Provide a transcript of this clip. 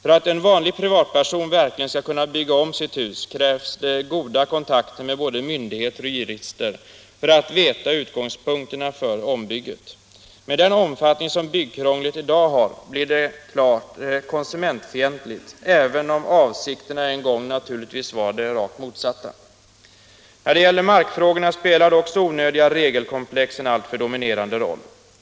Om en vanlig privatperson verkligen skall kunna bygga om sitt hus, krävs det goda kontakter med både myndigheter och jurister för att verkligen få veta utgångspunkterna för ombygget. Med den omfattning som byggkrånglet i dag har blir det klart konsumentfientligt, även om avsikterna en gång naturligtvis var de rakt motsatta. När det gäller markfrågorna spelar också onödiga regelkomplex en alltför dominerande roll.